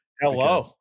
Hello